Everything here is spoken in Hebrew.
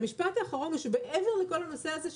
המשפט האחרון הוא שמעבר לכל הנושא של